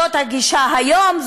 זאת הגישה היום,